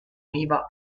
univa